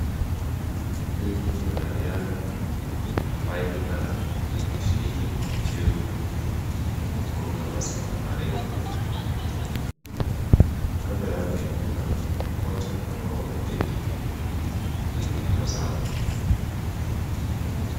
Huyu ni mwanariadha ambaye anashiriki kwa mchezo wa kuruka masafa marefu. Kando yake kuna makocha ambao wameketi wakimtazama.